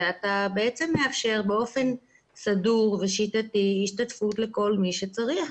ואתה בעצם מאפשר באופן סדור ושיטתי השתתפות לכל מי שצריך.